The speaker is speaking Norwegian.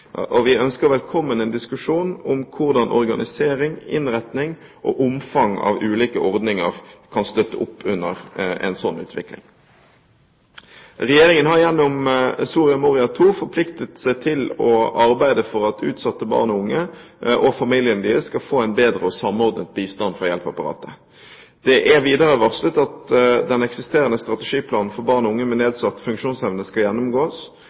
andre. Vi ønsker velkommen en diskusjon om hvordan organisering, innretning og omfang av ulike ordninger kan støtte opp under en sånn utvikling. Regjeringen har gjennom Soria Moria II forpliktet seg til å arbeide for at utsatte barn og unge og familiene deres skal få en bedre og samordnet bistand fra hjelpeapparatet. Det er videre varslet at den eksisterende strategiplanen for barn og unge med nedsatt funksjonsevne skal gjennomgås.